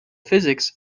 physics